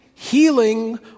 Healing